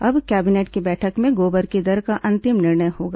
अब कैबिनेट की बैठक में गोबर की दर का अंतिम निर्णय होगा